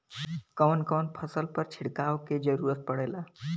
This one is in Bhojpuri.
कवन कवन फसल पर छिड़काव के जरूरत पड़ेला?